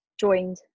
joined